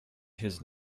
his